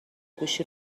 گوشی